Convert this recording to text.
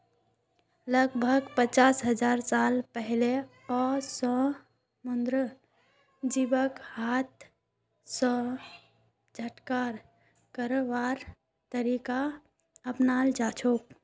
लगभग पचास हजार साल पहिलअ स समुंदरेर जीवक हाथ स इकट्ठा करवार तरीका अपनाल जाछेक